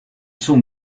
sont